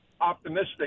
optimistic